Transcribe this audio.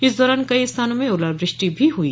इस दौरान कई स्थानों में ओलावृष्टि भी हुई